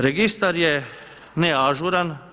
Registar je ne ažuran.